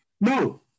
No